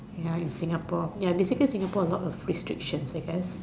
ya in Singapore basically in Singapore there is a lot of restrictions I guess